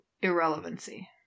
irrelevancy